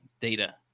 data